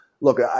Look